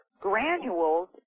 granules